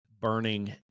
burning